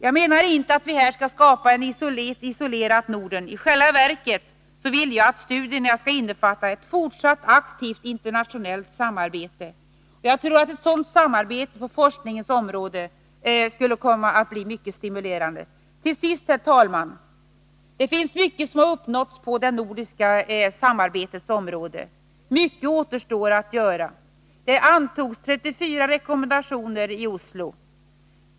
Jag menar inte att vi skall skapa ett isolerat Norden. I själva verket vill jag att studierna skall innefatta ett fortsatt aktivt internationellt samarbete. Jag tror att ett sådant samarbete på forskningens område skulle komma att bli mycket stimulerande. Herr talman! Mycket har uppnåtts på det nordiska samarbetets område, men mycket återstår att göra. Det antogs 34 rekommendationer i Oslo.